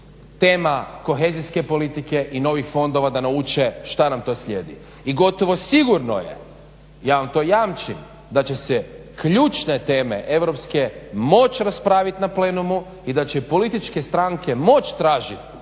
tema kohezijske politike i novih fondova da nauče što nam to slijedi. I gotovo sigurno je, ja vam to jamčim, da će se ključne teme europske moći raspraviti na plenumu i da će političke stranke moći tražiti